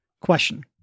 Question